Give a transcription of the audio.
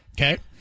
Okay